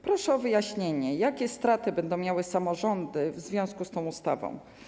Proszę o wyjaśnienie, jakie straty będą miały samorządy w związku z tą ustawą.